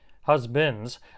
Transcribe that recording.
husbands